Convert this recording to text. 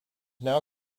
now